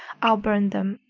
i'll burn them.